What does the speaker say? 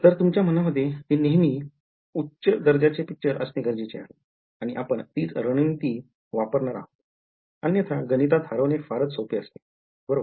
तर तुमच्या मनामध्ये ते नेहमी मी उच्च दर्जाचे पिक्चर असणे गरजेचे आहे आणि आपण तीच रणनीति वापरत आहोत अन्यथा गणितात हरवणे फारच सोपे असते बरोबर